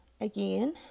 Again